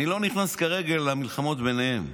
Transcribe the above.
אני לא נכנס כרגע למלחמות ביניהם.